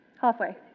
Halfway